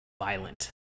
violent